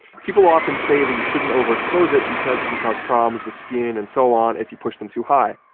people often say that you shouldn't overexpose it because it can cause problems with skin and so on if you push them too high,